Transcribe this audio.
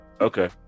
okay